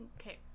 Okay